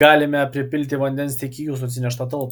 galime pripilti vandens tik į jūsų atsineštą talpą